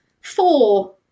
four